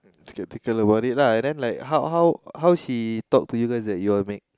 keep thinking about it lah and then like how how how she talk to you guys that yall make